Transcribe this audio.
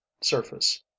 surface